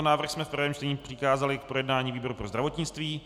Návrh jsme v prvém čtení přikázali k projednání výboru pro zdravotnictví.